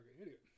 idiot